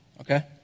Okay